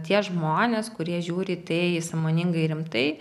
tie žmonės kurie žiūri į tai sąmoningai rimtai